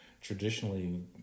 traditionally